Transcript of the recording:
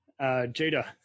Jada